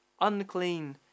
unclean